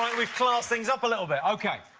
um we've classed things up a little bit. ok,